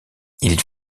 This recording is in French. ils